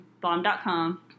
bomb.com